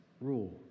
rule